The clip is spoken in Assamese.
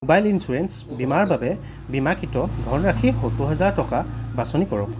ম'বাইল ইঞ্চুৰেঞ্চ বীমাৰ বাবে বীমাকৃত ধনৰাশি সত্তৰ হাজাৰ টকা বাছনি কৰক